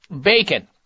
bacon